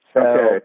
Okay